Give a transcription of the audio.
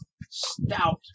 stout